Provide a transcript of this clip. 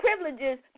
privileges